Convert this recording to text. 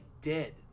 dead